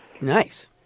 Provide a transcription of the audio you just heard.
Nice